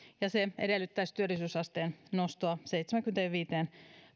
ja se edellyttäisi työllisyysasteen nostoa seitsemäänkymmeneenviiteen